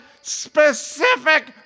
specific